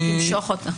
תמשוך אותן.